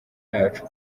yacu